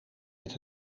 met